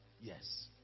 yes